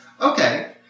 Okay